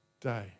day